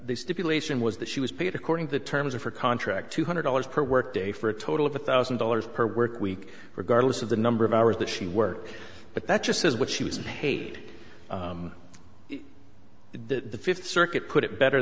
the stipulation was that she was paid according to the terms of her contract two hundred dollars per workday for a total of one thousand dollars per work week regardless of the number of hours that she work but that's just what she was paid the fifth circuit put it better